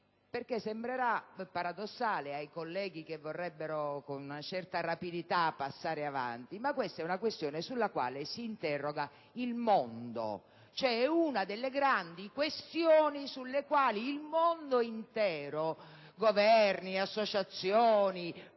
Sembrerà paradossale ai colleghi che vorrebbero procedere con una certa rapidità, ma questa è una questione sulla quale si interroga il mondo, cioè è una delle grandi questioni sulle quali il mondo intero, Governi, associazioni,